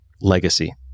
legacy